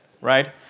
right